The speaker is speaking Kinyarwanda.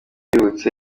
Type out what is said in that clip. bibutse